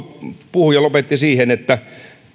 puhuja lopetti siihen että